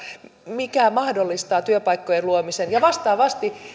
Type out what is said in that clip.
joka mahdollistaa työpaikkojen luomisen ja vastaavasti sen että voidaan